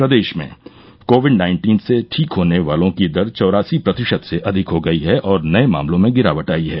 प्रदेश में Covid nineteen से ठीक होने वालों की दर चौरासी प्रतिशत से अधिक हो गई है और नए मामलों में गिरावट आई है